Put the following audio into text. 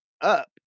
up